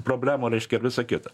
problemų reiškia ir visa kita